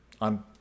on